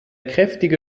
kräftige